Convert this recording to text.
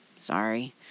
Sorry